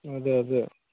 అదే అదే